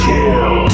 Kill